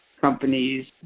companies